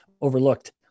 overlooked